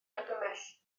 argymell